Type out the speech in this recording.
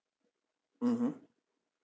mmhmm